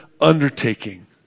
undertaking